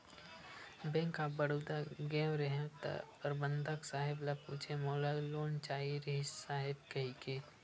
bank of Baroda गेंव रहेव त परबंधक साहेब ल पूछेंव मोला लोन चाहे रिहिस साहेब कहिके